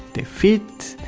the feet.